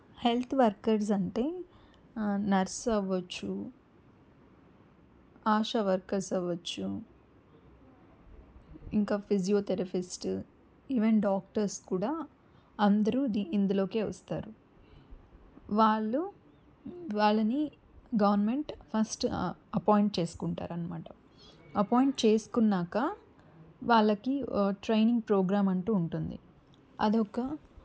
health workers అంటే nurse అవ్వచ్చు ASHA workers అవ్వచ్చు ఇంకా ఫిజియోథెరపిస్ట్ ఈవెన్ డాక్టర్స్ కూడా అందరూ ఇందులోకే వస్తారు వాళ్ళు వాళ్ళని గవర్నమెంట్ ఫస్ట్ అపాయింట్ చేసుకుంటారనమాట అపాయింట్ చేసుకున్నాక వాళ్ళకి ట్రైనింగ్ ప్రోగ్రాం అంటూ ఉంటుంది అదొక